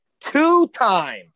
two-time